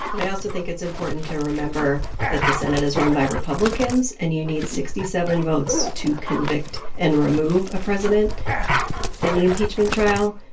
but i also think it's important to remember that the senate is run by republicans, and you need sixty seven votes to convict and remove a president in an impeachment trial.